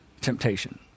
Temptation